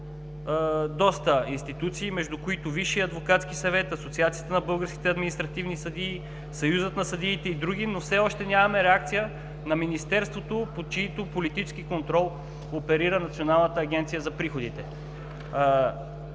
от доста институции, между които Висшият адвокатски съвет, Асоциацията на българските административни съдии, Съюзът на съдиите и други. Все още нямаме реакция на Министерството, под чийто политически контрол оперира Националната агенция за приходите.